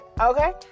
okay